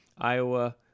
Iowa